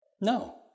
No